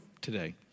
today